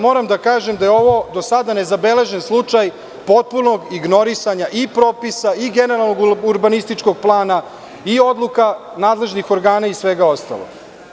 Moram da kažem da je ovo do sada nezabeležen slučaj potpunog ignorisanja propisa, generalnog urbanističkog plana, odluka nadležnih organa i svega ostalog.